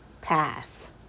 Pass